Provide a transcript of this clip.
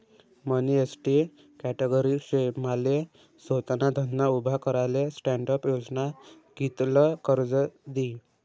मनी ST category शे माले सोताना धंदा उभा कराले स्टॅण्डअप योजना कित्ल कर्ज दी?